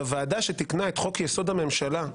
בוועדה שתיקנה את חוק-יסוד: הממשלה,